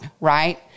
right